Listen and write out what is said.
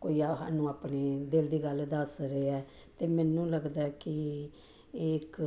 ਕੋਈ ਆ ਸਾਨੂੰ ਆਪਣੇ ਦਿਲ ਦੀ ਗੱਲ ਦੱਸ ਰਿਹਾ ਅਤੇ ਮੈਨੂੰ ਲੱਗਦਾ ਕਿ ਇਹ ਇੱਕ